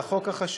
על החוק החשוב.